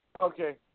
Okay